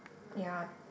ya